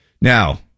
Now